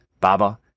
Baba